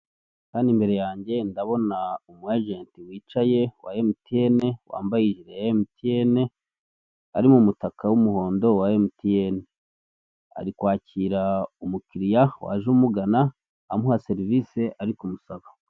Hano imbere yanjye ndabona umuajeti wicaye wa emutiyene, wambaye ibintu bya emutiyene. Ari mu mutaka w'umuhondo wa emutiyene, ari kwakira umukiriya waje umugana. Amuha serivisi ari kumusaba.